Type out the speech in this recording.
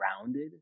grounded